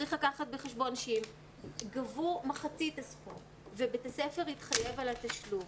צריך לקחת בחשבון שאם גבו מחצית הסכום ובית הספר התחייב על התשלום,